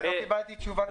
אני לא קיבלתי תשובה.